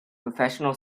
professional